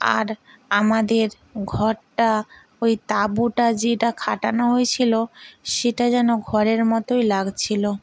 আর আমাদের ঘরটা ওই তাঁবুটা যেটা খাটানো হয়েছিলো সেটা যেন ঘরের মতোই লাগছিলো